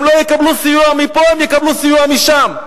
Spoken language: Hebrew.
הם לא יקבלו סיוע מפה, הם יקבלו סיוע משם.